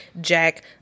Jack